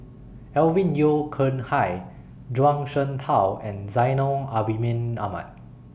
Alvin Yeo Khirn Hai Zhuang Shengtao and Zainal Abidin Ahmad